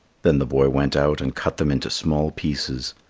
then the boy went out and cut them into small pieces,